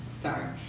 Sorry